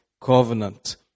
covenant